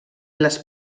les